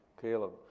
Caleb